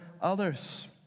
others